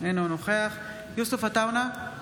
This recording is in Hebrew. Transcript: אינו נוכח יוסף עטאונה,